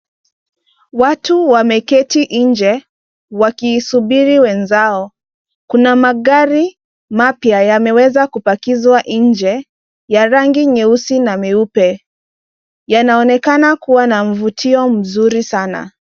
Watu wameketi nje wakisubiri wenzao. Kuna magari mapya yameweza kupakizwa nje ya rangi nyeusi na meupe. Yanaonekana kuwa na mvutio mzuri sana.